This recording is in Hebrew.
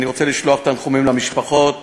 ואני רוצה לשלוח תנחומים למשפחות